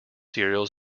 cereals